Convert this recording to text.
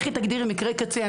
לכי תגדירי מקרה קצה,